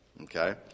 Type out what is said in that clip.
Okay